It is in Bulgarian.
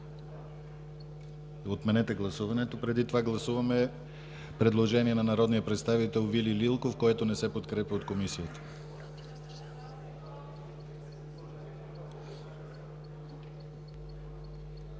Отменете гласуването. Преди това гласуваме предложение на народния представител Вили Лилков, което не се подкрепя от Комисията. Гласували